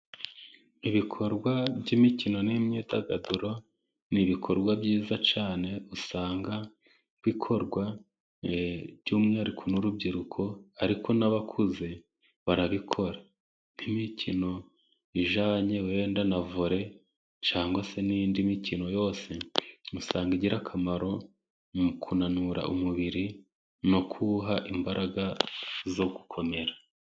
Ibikorwa by'imikino n'imyidagaduro ni ibikorwa byiza cyane, usanga bikorwa e by'umwihariko n'urubyiruko, ariko n'abakuze barabikora. Nk'imikino ijyanye wenda na Vole cyangwa se n'indi mikino yose usanga igira akamaro mu kunanura umubiri no kuwuha imbaraga zo gukomera.